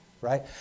right